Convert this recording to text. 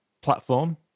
platform